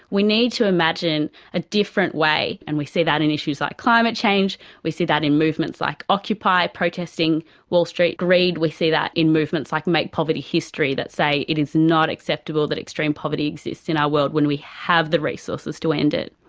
we need to imagine a different way and we see that in issues like climate change we see that in movements like occupy, protesting wall street greed. we see that in movements like make poverty history that say it is not acceptable that extreme poverty exists in our world when we have the resources to end it.